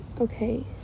Okay